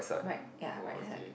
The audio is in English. right ya right side